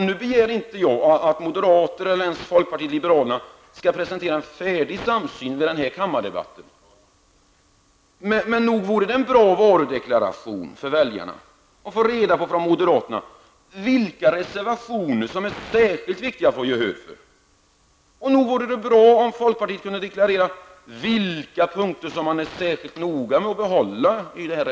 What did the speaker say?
Nu begär jag inte att moderaterna eller ens folkpartiet skall presentera en färdig samsym vid dagens kammardebatt, men nog vore det en bra varudeklaration för väljarna att få reda på från moderaterna vilka reservationer som är särskilt viktiga att få gehör för, och nog vore det bra om folkpartiet kunde deklarera vilka punkter man är särskilt noga med att behålla.